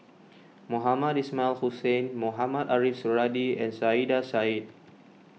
Mohamed Ismail Hussain Mohamed Ariff Suradi and Saiedah Said